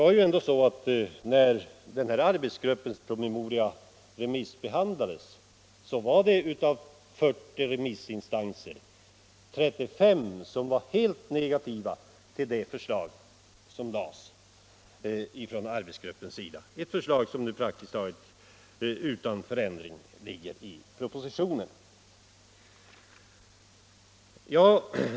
När den nämnda arbetsgruppens promemoria remissbehandlades, var 35 remissinstanser av 40 helt negativa till det förslag som arbetsgruppen lade fram — ett förslag som nu praktiskt taget utan förändring ligger i propositionen.